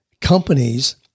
companies